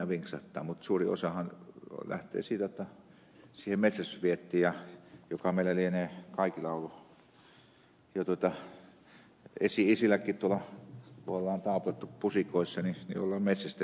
mutta suurin osahan lähtee siitä että tuntee metsästysviettiä joka lienee meillä kaikilla ollut jo esi isilläkin kun on taapottu pusikoissa ja on metsästetty ja kalastettu